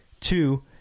Two